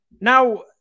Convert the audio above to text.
Now